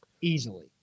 easily